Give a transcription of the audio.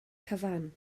cyfan